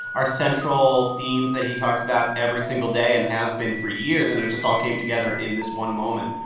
are central themes that he talks about every single day and has been for years, and it just all came together in this one moment.